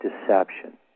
deception